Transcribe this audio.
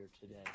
today